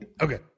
Okay